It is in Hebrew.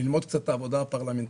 ללמוד קצת את העבודה הפרלמנטרית,